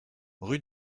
rue